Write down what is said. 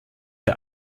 der